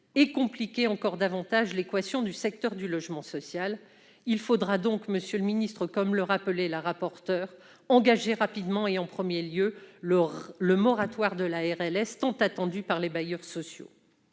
et compliquer encore davantage l'équation du secteur du logement social. Il faudra donc, monsieur le ministre, comme le rappelait Mme la rapporteur, engager rapidement et en premier lieu le moratoire de la RLS tant attendu par les bailleurs sociaux.